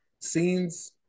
Scenes